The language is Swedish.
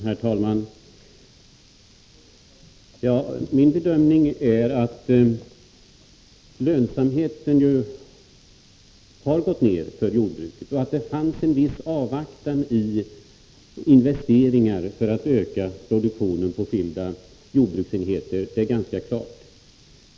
Herr talman! Min bedömning är att lönsamheten för jordbruket har gått ned och att det fanns en viss avvaktan när det gällde investeringar för att öka produktionen på skilda jordbruksenheter. Det är ganska klart.